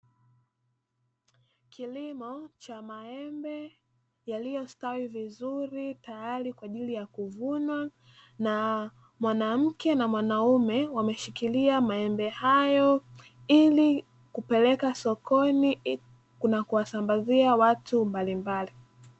Kilimo cha maembe yaliyostawi vizuri tayari kwa ajili ya kuvunwa na mwanamke na mwanaume, wameshikilia maembe hayo ili kupeleka sokoni na kuwasambazia watu mbalimbali.